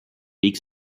weg